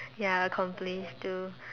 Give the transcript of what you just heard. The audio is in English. ya complain still